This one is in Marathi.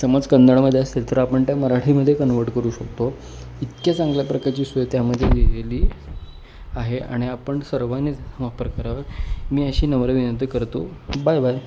समज कन्नडमध्ये असेल तर आपण त्या मराठीमध्ये कन्व्हर्ट करू शकतो इतक्या चांगल्या प्रकारची सोय त्यामदे लिहिलेली आहे आणि आपण सर्वांनी वापर करावा मी अशी नम्र विनंती करतो बाय बाय